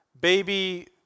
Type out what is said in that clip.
baby